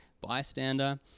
bystander